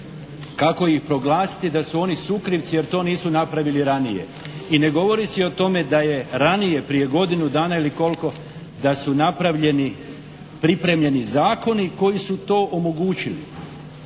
kako ih proglasiti da su oni sukrivci jer to nisu napravili ranije. I ne govori se o tome da je ranije prije godinu dana ili koliko da su napravljeni pripremljeni zakoni koji su to omogućili.